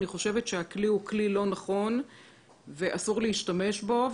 אני חושבת שהכלי לא נכון ואסור להשתמש בו.